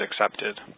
accepted